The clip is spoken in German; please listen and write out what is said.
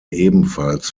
ebenfalls